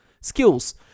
Skills